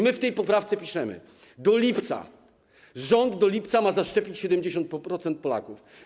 My w tej poprawce piszemy, że do lipca, rząd do lipca ma zaszczepić 70% Polaków.